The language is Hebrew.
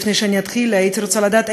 לפני שאתחיל הייתי רוצה לדעת,